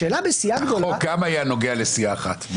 החוק גם היה נוגע לסיעה אחת.